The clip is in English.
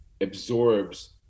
absorbs